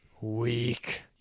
Weak